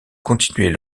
continuer